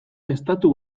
estatu